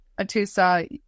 Atusa